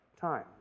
time